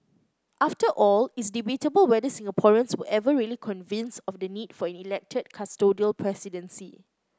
after all it's debatable whether Singaporeans were ever really convinced of the need for an elected custodial presidency